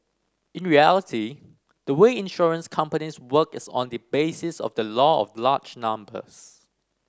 in reality the way insurance companies work is on the basis of the law of large numbers